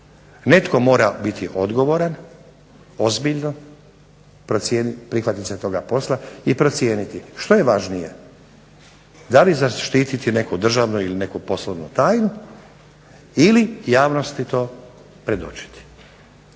Netko mora biti odgovoran ozbiljno se prihvatiti toga posla i procijeniti što je važnije, da li zaštititi neku državnu ili poslovnu tajnu ili javnosti to predočiti.